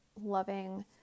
loving